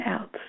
else